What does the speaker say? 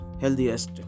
HEALTHIEST